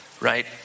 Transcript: Right